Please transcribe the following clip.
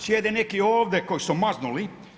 Sjede neki ovdje koji su maznuli.